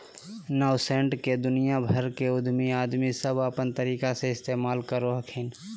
nascent के दुनिया भर के उद्यमी आदमी सब अपन तरीका से इस्तेमाल करो हखिन